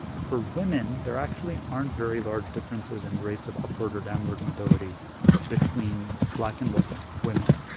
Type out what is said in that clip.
for women, there actually aren't very large differences in rates of upward or downward mobility between black and white women.